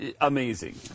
amazing